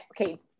Okay